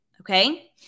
Okay